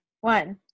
one